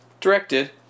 directed